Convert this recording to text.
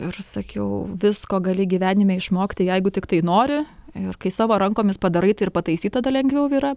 ir sakiau visko gali gyvenime išmokti jeigu tiktai nori ir kai savo rankomis padarai tai ir pataisyt tada lengviau yra